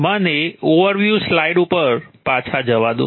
મને overview slide ઉપર પાછા જવા દો